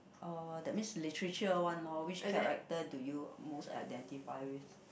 uh that means literature one lor which character do you most identify with